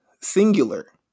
Singular